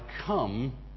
come